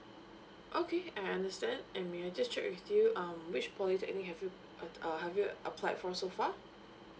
okay I understand and may I just check with you um which polytechnic have you uh uh have you applied for so far